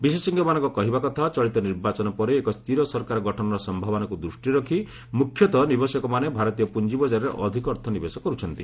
ବିଶେଷଜ୍ଞମାନଙ୍କ କହିବାକଥା ଚଳିତ ନିର୍ବାଚନ ପରେ ଏକ ସ୍ଥିର ସରକାର ଗଠନର ସମ୍ଭାବନାକୁ ଦୃଷ୍ଟିରେ ରଖି ମୁଖ୍ୟତଃ ନିବେଶକମାନେ ଭାରତୀୟ ପୁଞ୍ଜି ବଜାରରେ ଅଧିକ ଅର୍ଥ ନିବେଶ କରୁଛନ୍ତି